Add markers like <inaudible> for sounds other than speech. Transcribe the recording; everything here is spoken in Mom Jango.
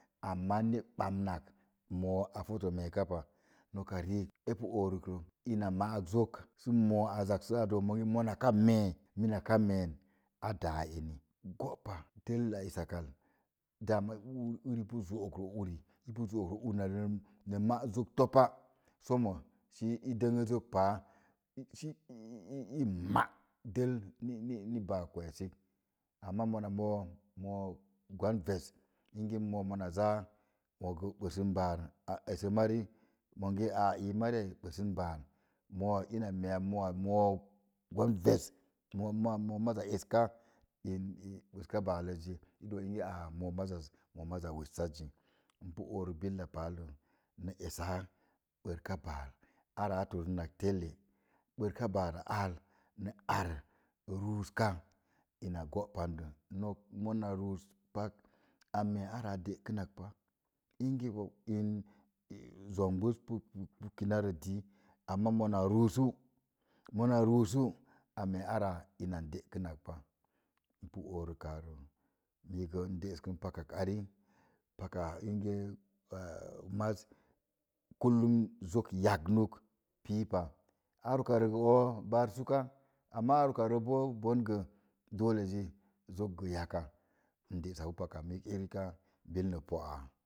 Amaa ni bamnnak, moo a foto meeka pa, noka riik, epu oorərə, ina ma'ak zok sə moo azuk saa doo monge, monaka mee, minaka meen, a daa eni, go'pa. Dəlla esakkal daama ur uni pu zo'okrə uni, i pu zo'okrə una na ma'zok topa, somo, sii i dən zok paa, si iii ma’ dəl ni ni baar kwesik. Amaa mona moo, moo gwan res inge moo mona zaa, mogə bəsəm baar, a esə marig monge aa ii mari ai, bəsən baar, moo ina meeya mo'a moo gwan ves moo moo moo maza eska in bəska baaləz zi, i dook inge aa moo mazaz, moo mazaz wweccazzi. Npu oorək billa paal lə, na esaa bərka baar, araa tornak telle, bərka baara aal na ar ruuska ina go'pandən. Nok, mona ruus pak, a mee ara a de'kənak pa, luge bo in <hesitation> zongbəz pu kinaro dii amaa mona ruusu, mona ruusu, a mee ara inan de'kən nak pa. Npu orəkaa rə, miigə n de'eskən pakak ari, paka inge <hesitation> maz <unintelligible> zok yagnuk piipa. Ar ukaro gə o̱o̱ baar suka, amaa ar ukaro boo bəngə doole ji zok gə yaka, n de'sapau paka miik eri kaa. Bil na po'aa.